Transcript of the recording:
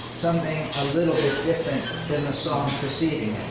something a little bit different than the song preceding